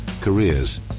careers